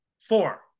four